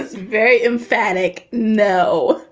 very emphatic no